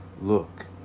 Look